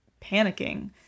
panicking